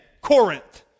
Corinth